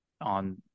on